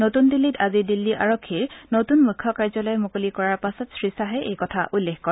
নতুন দিল্লীত আজি দিল্লী আৰক্ষীৰ নতুন মুখ্য কাৰ্যালয় মুকলি কৰাৰ পাছত শ্ৰীশ্বাহে এই কথা উল্লেখ কৰে